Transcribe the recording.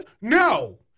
No